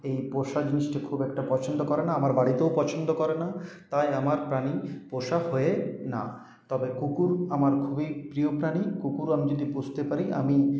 এই পোষা জিনিসটা খুব একটা পছন্দ করে না আমার বাড়িতেও পছন্দ করে না তাই আমার প্রাণী পোষা হয়ে না তবে কুকুর আমার খুবই প্রিয় প্রাণী কুকুর আমি যদি পুষতে পারি আমি